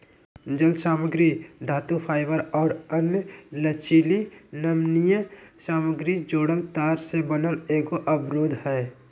जालसामग्री धातुफाइबर और अन्य लचीली नमनीय सामग्री जोड़ल तार से बना एगो अवरोध हइ